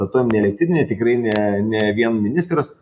atominė elektrinė tikrai ne ne vien ministras